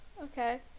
Okay